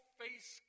face